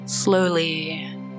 Slowly